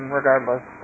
regardless